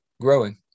growing